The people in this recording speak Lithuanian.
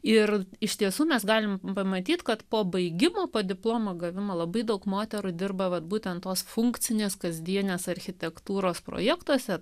ir iš tiesų mes galime pamatyti kad po baigimo diplomo gavimo labai daug moterų dirba vat būtent tos funkcinės kasdienės architektūros projektuose